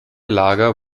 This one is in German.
lager